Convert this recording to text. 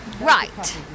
Right